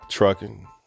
Trucking